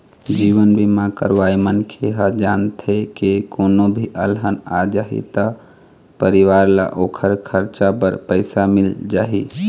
जीवन बीमा करवाए मनखे ह जानथे के कोनो भी अलहन आ जाही त परिवार ल ओखर खरचा बर पइसा मिल जाही